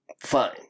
Fine